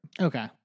Okay